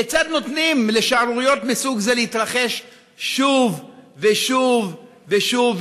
כיצד נותנים לשערוריות מסוג זה להתרחש שוב ושוב ושוב,